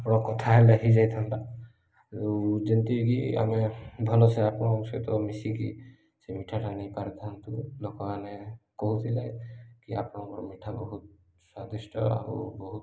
ଆପଣ କଥା ହେଲେ ହେଇଯାଇଥାନ୍ତା ଆଉ ଯେମିତିକି ଆମେ ଭଲସେ ଆପଣଙ୍କ ସହିତ ମିଶିକି ସେ ମିଠାଟା ନେଇପାରିଥାନ୍ତୁ ଲୋକମାନେ କହୁଥିଲେ କି ଆପଣଙ୍କର ମିଠା ବହୁତ ସ୍ୱାଦିଷ୍ଟ ଆଉ ବହୁତ